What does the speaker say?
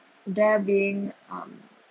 there being um